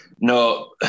No